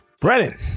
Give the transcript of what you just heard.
Brennan